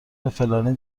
فلانی